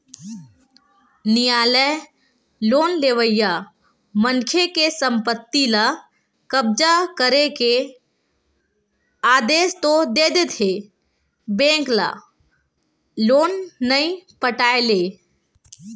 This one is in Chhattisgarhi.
नियालय लोन लेवइया मनखे के संपत्ति ल कब्जा करे के आदेस तो दे देथे बेंक ल लोन नइ पटाय ले